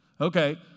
Okay